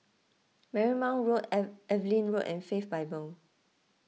Marymount Road Evelyn Road and Faith Bible